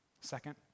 Second